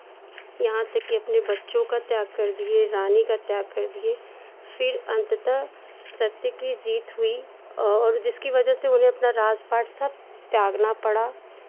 यहाँ तक कि अपने बच्चों का त्याग कर दिए रानी का त्याग कर दिए फिर अंततः सत्य की जीत हुई और जिसकी वजह से उन्हें अपना राज पाठ सब त्यागना पड़ा